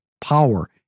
power